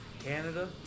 Canada